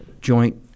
joint